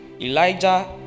elijah